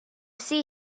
see